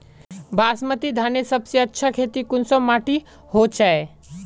बासमती धानेर सबसे अच्छा खेती कुंसम माटी होचए?